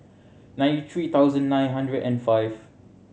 ninety three thousand nine hundred and five